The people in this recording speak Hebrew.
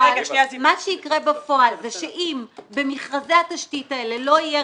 מה שיקרה בפועל זה שאם במכרזי התשתית האלה לא יהיה